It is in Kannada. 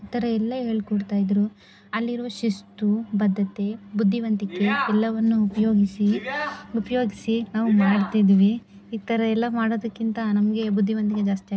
ಈ ಥರ ಎಲ್ಲ ಹೇಳ್ಕೊಡ್ತಾ ಇದ್ದರು ಅಲ್ಲಿರುವ ಶಿಸ್ತು ಬದ್ದತೆ ಬುದ್ದಿವಂತಿಕೆ ಎಲ್ಲವನ್ನು ಉಪಯೋಗಿಸಿ ಉಪಯೋಗ್ಸಿ ನಾವು ಮಾಡ್ತಿದ್ವಿ ಈ ಥರ ಎಲ್ಲ ಮಾಡೋದಕ್ಕಿಂತ ನಮಗೆ ಬುದ್ದಿವಂತಿಗೆ ಜಾಸ್ತಿ ಆಯ